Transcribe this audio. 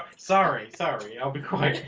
sorry, sorry, i'll be quiet